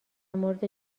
مورد